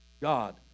God